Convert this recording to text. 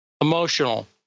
emotional